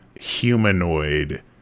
humanoid